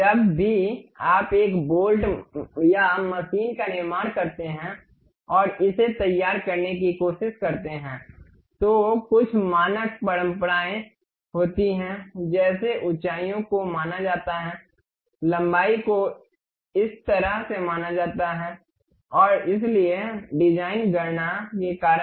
जब भी आप एक बोल्ट या मशीन का निर्माण करते हैं और इसे तैयार करने की कोशिश करते हैं तो कुछ मानक परंपराएं होती हैं जैसे ऊंचाइयों को माना जाता है लंबाई को इस तरह से माना जाता है और इसलिए डिजाइन गणना के कारण